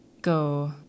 go